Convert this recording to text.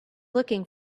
looking